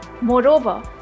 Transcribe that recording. Moreover